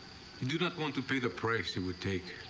you do not want to pay the price it would take.